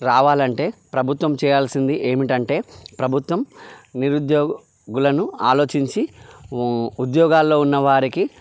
రావాలి అంటే ప్రభుత్వం చేయాల్సింది ఏమిటంటే ప్రభుత్వం నిరుద్యోగులను ఆలోచించి ఉద్యోగాల్లో ఉన్నవారికి